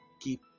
keep